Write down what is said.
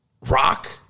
rock